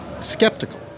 Skeptical